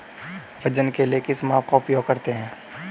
वजन के लिए किस माप का उपयोग करते हैं?